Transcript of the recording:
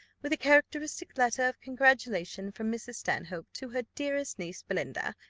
with a characteristic letter of congratulation from mrs. stanhope to her dearest niece, belinda,